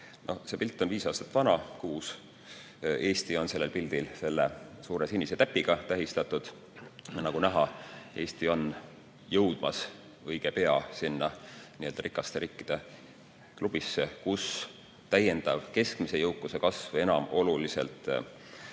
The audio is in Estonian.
See pilt on viis-kuus aastat vana, Eesti on sellel pildil tähistatud suure sinise täpiga. Nagu näha, Eesti on jõudmas õige pea sinna n-ö rikaste riikide klubisse, kus täiendav keskmise jõukuse kasv enam oluliselt kaasa